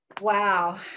wow